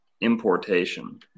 importation